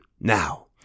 now